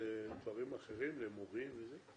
להתייחס לדברים אחרים, למורים וכו'?